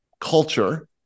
culture